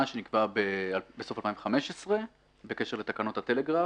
שנקבעה בסוף 2015 בקשר לתקנות הטלגרף,